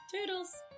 Toodles